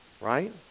right